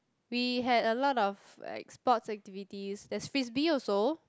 we had a lot of like sports activity that's frisbee also